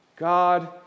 God